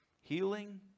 healing